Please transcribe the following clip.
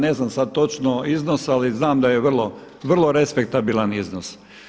Ne znam sad točno iznos, ali znam da je vrlo respektabilan iznos.